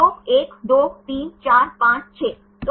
इसकी अनुमति क्यों नहीं है